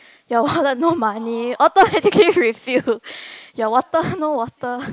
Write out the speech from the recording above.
your wallet no money auto certificate refill your water no water